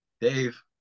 Dave